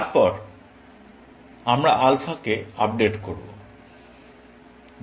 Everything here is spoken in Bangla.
তারপর আমরা আলফাকে আপডেট করবো